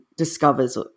discovers